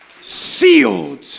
Sealed